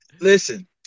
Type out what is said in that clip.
listen